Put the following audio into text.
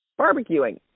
barbecuing